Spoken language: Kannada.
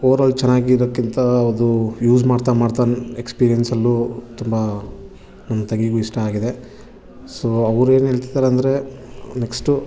ಓವರಾಲ್ ಚೆನ್ನಾಗಿರೋಕ್ಕಿಂತ ಅದು ಯೂಸ್ ಮಾಡ್ತಾ ಮಾಡ್ತಾ ಎಕ್ಸ್ಪೀರಿಯನ್ಸ್ ಅಲ್ಲೂ ತುಂಬ ನನ್ನ ತಂಗಿಗೂ ಇಷ್ಟ ಆಗಿದೆ ಸೊ ಅವ್ರೇನು ಹೇಳ್ತಿದ್ದಾರೆಂದ್ರೆ ನೆಕ್ಸ್ಟು